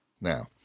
Now